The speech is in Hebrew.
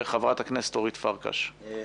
חברת הכנסת אורית פרקש, בבקשה.